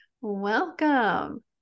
Welcome